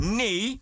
nee